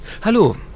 Hallo